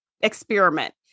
experiment